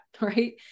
right